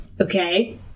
okay